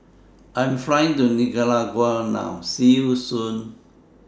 I Am Flying to Nicaragua now See YOU Soon